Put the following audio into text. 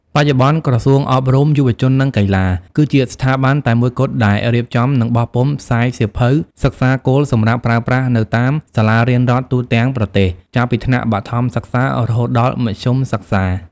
បច្ចុប្បន្ន ក្រសួងអប់រំ យុវជន និងកីឡា គឺជាស្ថាប័នតែមួយគត់ដែលរៀបចំ និងបោះពុម្ពផ្សាយសៀវភៅសិក្សាគោលសម្រាប់ប្រើប្រាស់នៅតាមសាលារៀនរដ្ឋទូទាំងប្រទេស ចាប់ពីថ្នាក់បឋមសិក្សារហូតដល់មធ្យមសិក្សា។